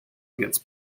against